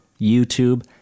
YouTube